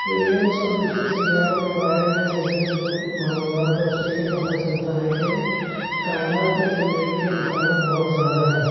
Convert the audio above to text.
aliens اور دوسرے سیاروں کے بارے میں مجھے جو کچھ معلومات ہے اس سے یہ پتہ چلتا ہے کہ کائنات میں زندگی کے امکانات بہت زیادہ ہیں